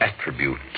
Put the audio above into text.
attribute